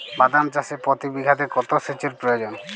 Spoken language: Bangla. বাদাম চাষে প্রতি বিঘাতে কত সেচের প্রয়োজন?